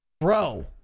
Bro